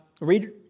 Read